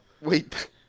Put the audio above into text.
Wait